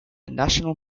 national